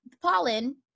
pollen